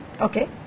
Okay